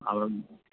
అవును